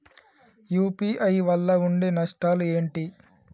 UPI వల్ల ఉండే నష్టాలు ఏంటి??